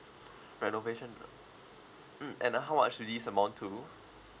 renovation ah mm and uh how much do these amount to